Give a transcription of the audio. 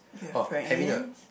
you have friends